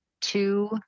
two